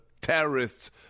terrorists